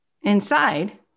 inside